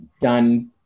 done